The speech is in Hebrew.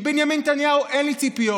מבנימין נתניהו אין לי ציפיות.